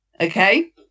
Okay